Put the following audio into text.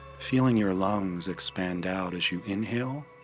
feeling your lungs expand out as you inhale.